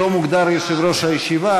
לא מוגדר יושב-ראש הישיבה,